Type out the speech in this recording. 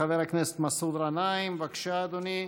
חבר הכנסת מסעוד גנאים, בבקשה, אדוני.